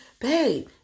Babe